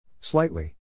Slightly